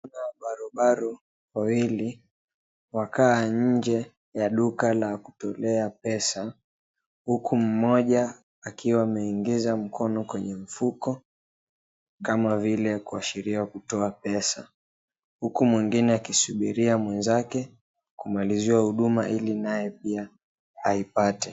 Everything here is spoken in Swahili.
Vijana barobaro wawili wakaa nje ya duka la kutolea pesa huku mmoja akiwa ameingiza mkono kwenye mfuko, kama vile kuashiria kutoa pesa ,huku mwingine akisubiria mwenzake kumaliziwa huduma ili naye pia aipate.